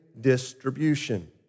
distribution